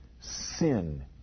sin